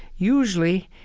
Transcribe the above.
usually,